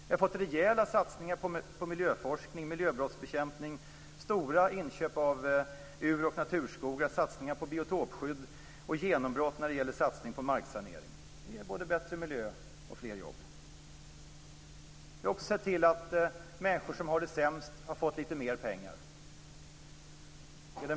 Vi har fått rejäla satsningar på miljöforskning, miljöbrottsbekämpning, stora inköp av ur och naturskogar, satsningar på biotopskydd och genombrott när det gäller satsning på marksanering. Det ger både bättre miljö och fler jobb. Vi har också sett till att människor som har det sämst har fått lite mer pengar.